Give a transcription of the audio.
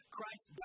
Christ